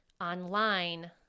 online